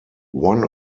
one